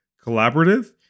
collaborative